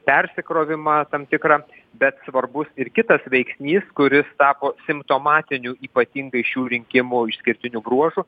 persikrovimą tam tikrą bet svarbus ir kitas veiksnys kuris tapo simptomatiniu ypatingai šių rinkimų išskirtiniu bruožu